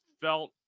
felt